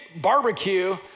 barbecue